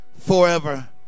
forever